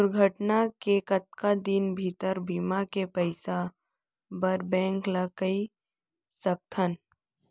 दुर्घटना के कतका दिन भीतर बीमा के पइसा बर बैंक ल कई सकथन?